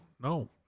no